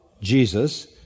Jesus